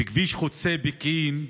בכביש חוצה פקיעין,